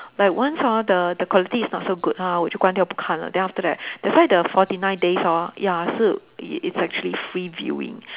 like once hor the the quality is not so good hor 我就关掉不看了 then after that that's why the forty nine days hor ya 是 it it's actually free viewing